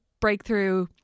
breakthrough